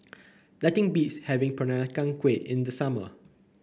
nothing beats having Peranakan Kueh in the summer